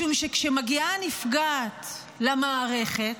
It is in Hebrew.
משום שכשמגיעה נפגעת למערכת,